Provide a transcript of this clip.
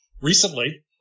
Recently